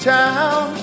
town